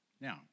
Now